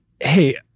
hey